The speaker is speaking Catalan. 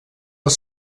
els